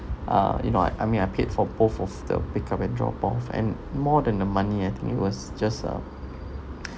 uh you know I I mean I paid for both of the pick up and drop off and more than the money and it was just a